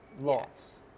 Lots